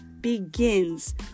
begins